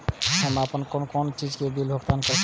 हम आपन कोन कोन चीज के बिल भुगतान कर सके छी?